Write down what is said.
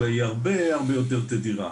אלא היא הרבה הרבה יותר תדירה.